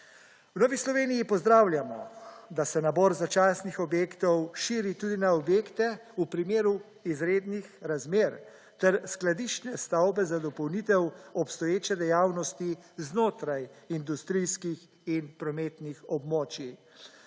V Novi Sloveniji pozdravljamo, da se nabor začasnih objektov širi tudi na objekte v primeru izrednih razmer ter skladiščne stavbe za dopolnitev obstoječe dejavnosti znotraj industrijskih in prometnih območij.